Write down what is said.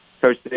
Coach